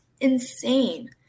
insane